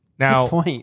Now